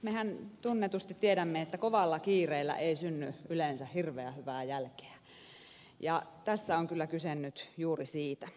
mehän tunnetusti tiedämme että kovalla kiireellä ei synny yleensä hirveän hyvää jälkeä ja tässä on kyllä kyse nyt juuri siitä